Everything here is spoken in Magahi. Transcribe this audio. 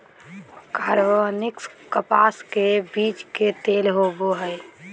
कार्बनिक कपास के बीज के तेल होबो हइ